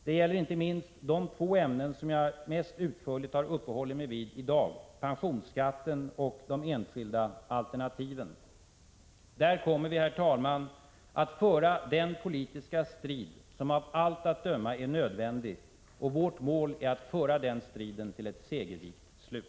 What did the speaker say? Det gäller inte minst de två ämnen jag mest utförligt uppehållit mig vid i dag — pensionsskatten och de enskilda alternativen. Där kommer vi, herr talman, att föra den politiska strid som av allt att döma är nödvändig. Vårt mål är att föra den till ett segerrikt slut.